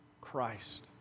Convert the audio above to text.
Christ